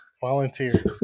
Volunteer